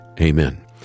amen